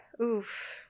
Oof